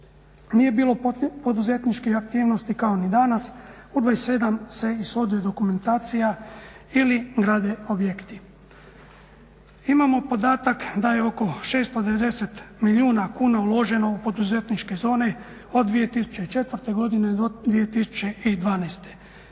nije bilo poduzetničkih aktivnosti kao ni danas, u 27 se ishoduje dokumentacija ili grade objekti. Imamo podatak da je oko 690 milijuna kuna uloženo u poduzetničke zone od 2004. godine do 2012. Koliko